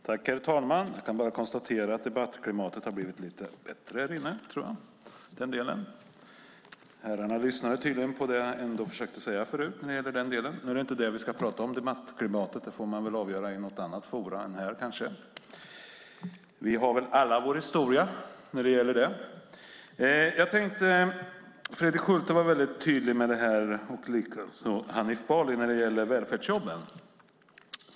Herr talman! Jag kan konstatera att debattklimatet härinne har blivit lite bättre. Herrarna lyssnade tydligen på det jag försökte säga om detta förut. Nu är det väl inte debattklimatet vi ska tala om. Det får man väl avgöra i något annat forum. Vi har väl alla vår historia när det gäller detta. Fredrik Schulte och Hanif Bali var väldigt tydliga om välfärdsjobben.